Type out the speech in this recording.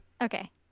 Okay